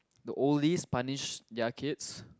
the oldest punish their kids